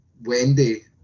Wendy